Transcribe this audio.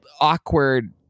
awkward